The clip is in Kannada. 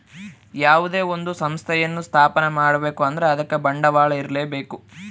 ಯಾವುದೇ ಒಂದು ಸಂಸ್ಥೆಯನ್ನು ಸ್ಥಾಪನೆ ಮಾಡ್ಬೇಕು ಅಂದ್ರೆ ಅದಕ್ಕೆ ಬಂಡವಾಳ ಇರ್ಲೇಬೇಕು